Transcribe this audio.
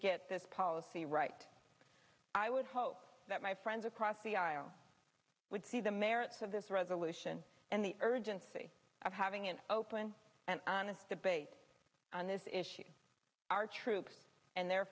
get this policy right i would hope that my friends across the aisle would see the merits of this resolution and the urgency of having an open and honest debate on this issue our troops and their